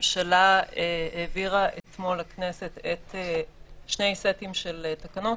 הממשלה העבירה אתמול לכנסת שני סטים של תקנות,